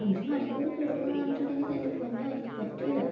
ഒരു മണിക്കൂറൊക്കെ എടുക്കുമെന്ന് പറഞ്ഞിട്ടുണ്ടെങ്കിൽ എന്റെ പൊന്നോ എനിക്ക് പറ്റില്ല